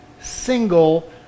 single